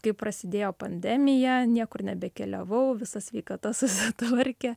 kai prasidėjo pandemija niekur nebekeliavau visa sveikata susitvarkė